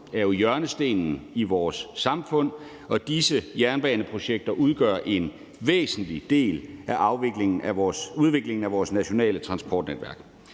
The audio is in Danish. er jo hjørnestenen i vores samfund, og disse jernbaneprojekter udgør en væsentlig del af udviklingen af vores nationale transportnetværk.